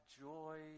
joy